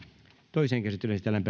toiseen käsittelyyn esitellään